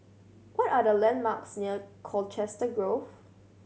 what are the landmarks near Colchester Grove